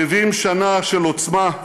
70 שנה של עוצמה,